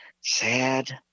Sad